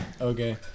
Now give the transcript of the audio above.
Okay